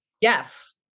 yes